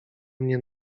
mnie